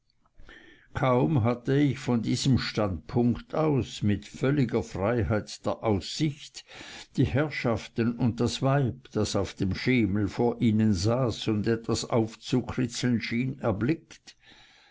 kaum hatte ich von diesem standpunkt aus mit völliger freiheit der aussicht die herrschaften und das weib das auf dem schemel vor ihnen saß und etwas aufzukritzeln schien erblickt